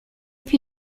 più